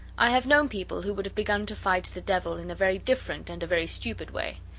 i have known people who would have begun to fight the devil in a very different and a very stupid way.